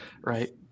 Right